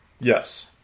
Yes